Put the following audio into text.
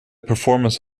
performance